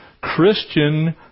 Christian